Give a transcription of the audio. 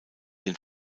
den